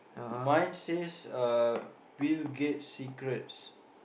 mine says uh Bill-Gates secrets